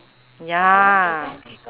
ya